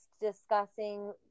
discussing